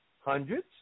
hundreds